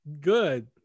good